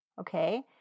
okay